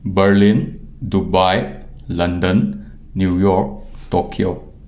Berlin Dubai London New York Tokyo